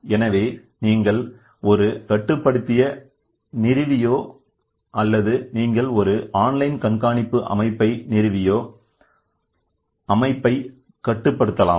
எனவே நீங்கள் ஒரு கட்டுப்படுத்திய நிறுவியோ அல்லது நீங்கள் ஒரு ஆன்லைன் கண்காணிப்பு அமைப்பை நிறுவியோ அமைப்பை கட்டுப்படுத்தலாம்